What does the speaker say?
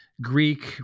Greek